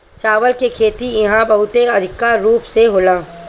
चावल के खेती इहा बहुते अधिका रूप में होला